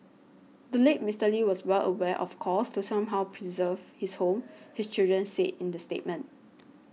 the late Mister Lee was well aware of calls to somehow preserve his home his children said in the statement